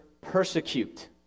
Persecute